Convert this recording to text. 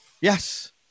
yes